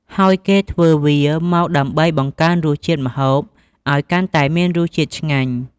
ហើយគេធ្វើវាមកដើម្បីង្កើនរសជាតិម្ហូបឲ្យកាន់តែមានរស់ជាតិឆ្ងាញ់។